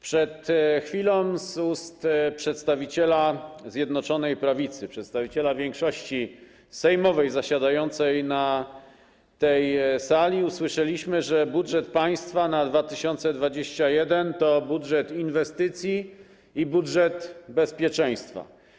Przed chwilą z ust przedstawiciela Zjednoczonej Prawicy, przedstawiciela większości sejmowej zasiadającej na tej sali, usłyszeliśmy, że budżet państwa na 2021 r. to budżet inwestycji i budżet bezpieczeństwa.